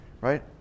right